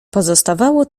pozostawało